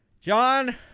John